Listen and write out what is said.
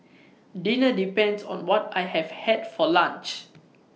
dinner depends on what I have had for lunch